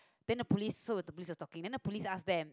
then the police saw the piss of talking then the police ask them